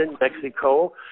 Mexico